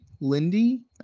Lindy